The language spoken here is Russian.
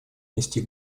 нести